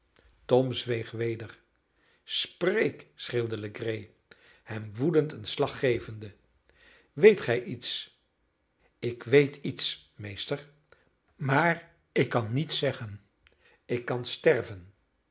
tom zweeg weder spreek schreeuwde legree hem woedend een slag gevende weet gij iets ik weet iets meester maar ik kan niets zeggen ik kan sterven